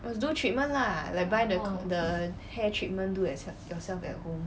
must do treatment lah like buy the hair treatment do yourself at home